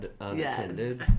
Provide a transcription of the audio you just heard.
unattended